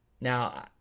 Now